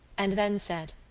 and then said